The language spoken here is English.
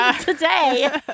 today